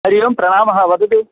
हरिः ओं प्रणामः वदतु